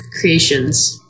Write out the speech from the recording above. creations